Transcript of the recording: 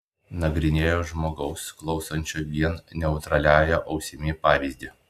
nagrinėjo žmogaus klausančio vien neutraliąja ausimi pavyzdį